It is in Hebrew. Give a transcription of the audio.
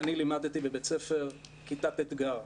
אני לימדתי בבית ספר כיתת אתגר,